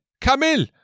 Camille